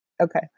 Okay